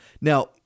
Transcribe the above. Now